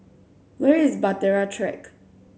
where is Bahtera Track